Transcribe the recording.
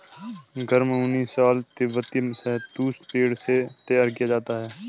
गर्म ऊनी शॉल तिब्बती शहतूश भेड़ से तैयार किया जाता है